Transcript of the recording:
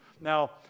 Now